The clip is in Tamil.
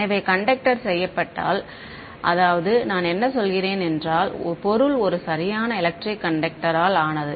எனவே கண்டக்டர் செய்யப்பட்டால் அதாவது நான் என்ன சொல்கிறேன் என்றால் பொருள் ஒரு சரியான எலெக்ட்ரிக் கண்டக்டர் ஆல் ஆனது